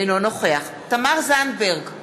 אינו נוכח תמר זנדברג,